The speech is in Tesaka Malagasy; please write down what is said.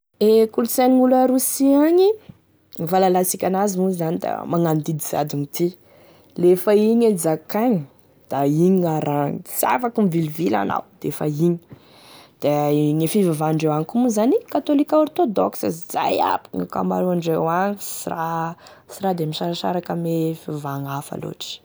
E kolosaine gn'olo a Rosia agny, e fahalasika an'azy moa zany da magnano didijadona ty, lefa igny e nozakainy da igny gna'arahagny sy afaky mivilivily anao defa igny da e fivavahandreo agny koa moa zany, katôlika orthodox zay aby gn'akamaroandreo agny sy raha sy raha de misarasaraka ame fivavahagny hafa lotry.